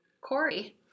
Corey